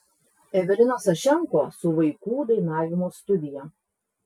evelina sašenko su vaikų dainavimo studija